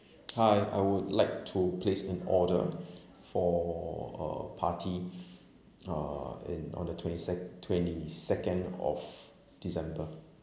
hi I would like to place an order for a party uh in on the twenty sec~ twenty second of december